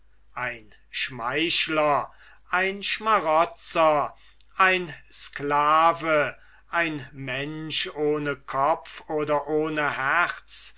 kein schmeichler kein schmarotzer kein sklave kein mensch ohne kopf oder ohne herz